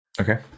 Okay